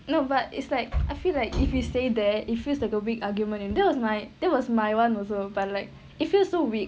no but it's like I feel like if you stay there it feels the go big argument then that was my that was my [one] also but like it feels so weak